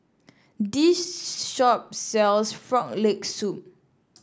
this shop sells Frog Leg Soup